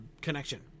connection